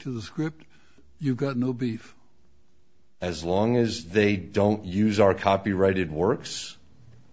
to the script you've got no beef as long as they don't use our copyrighted works